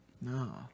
No